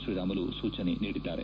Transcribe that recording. ಶ್ರೀರಾಮುಲು ಸೂಚನೆ ನೀಡಿದ್ದಾರೆ